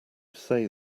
say